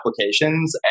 applications